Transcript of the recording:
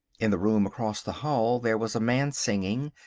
in the room across the hall there was a man singing.